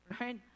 Right